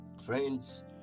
friends